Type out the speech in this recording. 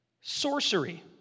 sorcery